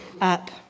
up